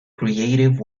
creative